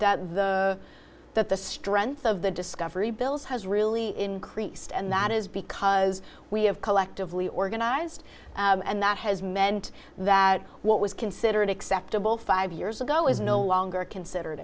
that the strength of the discovery bills has really increased and that is because we have collectively organized and that has meant that what was considered acceptable five years ago is no longer can sider